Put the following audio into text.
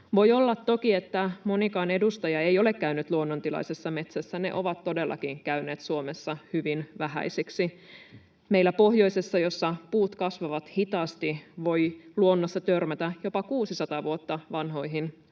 Voi olla toki, että monikaan edustaja ei ole käynyt luonnontilaisessa metsässä — ne ovat todellakin käyneet Suomessa hyvin vähäisiksi. Meillä pohjoisessa, missä puut kasvavat hitaasti, voi luonnossa törmätä jopa 600 vuotta vanhoihin puihin,